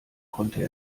konnte